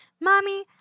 Mommy